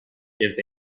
gives